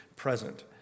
present